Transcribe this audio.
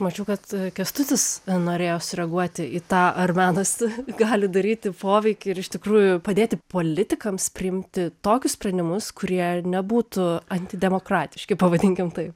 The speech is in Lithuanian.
mačiau kad kęstutis norėjo sureaguoti į tą ar menas gali daryti poveikį ir iš tikrųjų padėti politikams priimti tokius sprendimus kurie nebūtų antidemokratiški pavadinkim taip